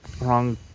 Wrong